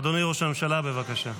אדוני ראש הממשלה, בבקשה.